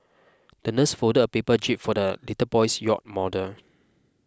the nurse folded a paper jib for the little boy's yacht model